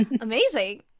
amazing